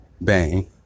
bang